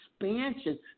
expansion